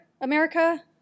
America